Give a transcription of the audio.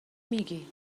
میگی